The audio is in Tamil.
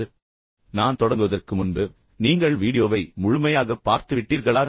இப்போது நான் தொடங்குவதற்கு முன்பு நீங்கள் வீடியோவை முழுமையாகப் பார்த்துவிட்டீர்களா